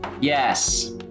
Yes